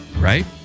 Right